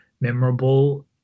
memorable